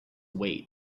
wait